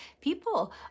people